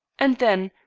and, then,